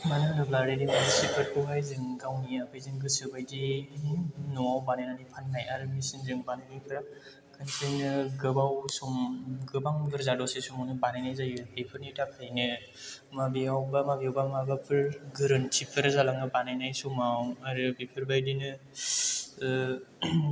मानो होनोब्ला रेडिमेद सिफोरखौहाय जों गावनि आखाइजों गोसो बायदि न'आव बानायनानै फाननाय आरो मेसिनजों बानायनायफोरा गासैबो गोबाव सम गोबां बुरजा दसे समावनो बानायनाय जायो बेफोरनि थाखायनो माबेयावबा माबेयावबा माब्लाबाफोर गोरोन्थिफोर जालाङो बानायनाय समाव आरो बेफोरबायदिनो